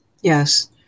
yes